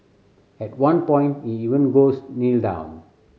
at one point he even goes Kneel down